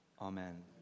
amen